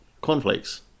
cornflakes